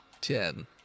ten